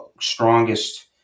strongest